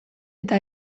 eta